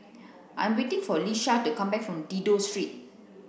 I am waiting for Leisha to come back from Dido Street